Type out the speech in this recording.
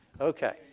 Okay